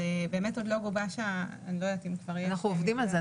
אנחנו עובדים על זה.